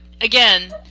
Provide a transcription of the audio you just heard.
again